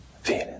feeling